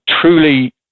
truly